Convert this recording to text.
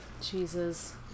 Jesus